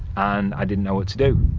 and i didn't know what to do.